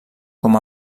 com